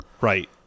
right